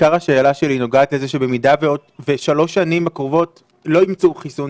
עיקר השאלה שלי נוגע לזה שבמידה שבשלוש השנים הקרובות לא ימצאו חיסון,